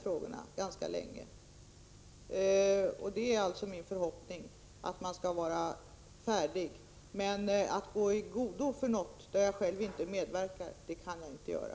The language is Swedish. Vad som sedan blir resultatet av dem är naturligtvis också omöjligt för mig att säga.